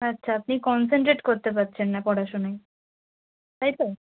আচ্ছা আপনি কনসেনট্রেট করতে পারছেন না পড়াশোনায় তাই তো